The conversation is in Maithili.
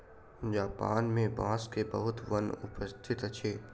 जापान मे बांस के बहुत वन उपस्थित अछि